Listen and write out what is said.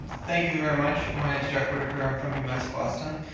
thank you very much. my name's jack whitaker, i'm from umass boston.